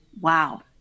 wow